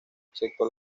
excepto